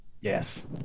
Yes